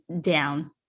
down